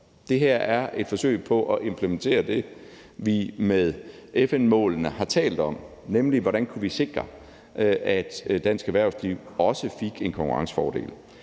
Det her er et forsøg på at implementere det, vi med FN-målene har talt om, nemlig hvordan vi kunne sikre, at dansk erhvervsliv også fik en konkurrencefordel.